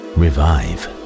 revive